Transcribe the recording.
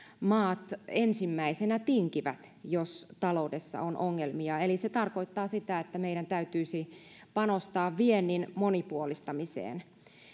maat ensimmäisenä tinkivät jos taloudessa on ongelmia eli se tarkoittaa sitä että meidän täytyisi panostaa viennin monipuolistamiseen